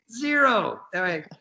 Zero